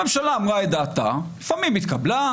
הממשלה אמרה את דעתה לפעמים התקבלה,